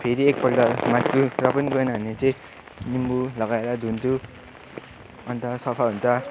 फेरि एकपल्ट माझ्छु र पनि गएन भने चाहिँ निम्बु लगाएर धुन्छु अन्त सफा हुन्छ